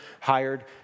hired